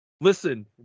listen